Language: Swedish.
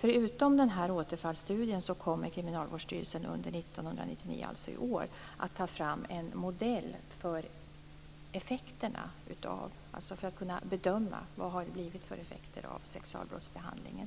Förutom denna återfallsstudie kommer Kriminalvårdsstyrelsen under 1999 - alltså i år - att ta fram en modell för att kunna bedöma effekterna av behandlingen av sexualbrottsdömda.